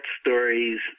stories